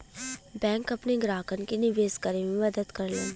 bank अपने ग्राहकन के निवेश करे में मदद करलन